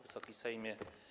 Wysoki Sejmie!